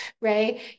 right